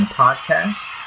podcasts